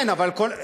כן, אבל, לא,